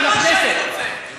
האמת יותר חזקה,